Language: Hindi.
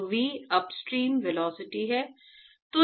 तो V अपस्ट्रीम वेलोसिटी है